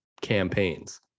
campaigns